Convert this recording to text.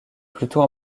plutôt